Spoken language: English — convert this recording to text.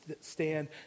stand